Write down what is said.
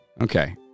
Okay